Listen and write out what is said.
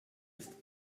ist